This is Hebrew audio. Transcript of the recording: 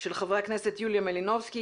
של חברי הכנסת יוליה מלינובסקי,